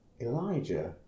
Elijah